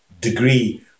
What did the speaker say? degree